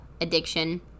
addiction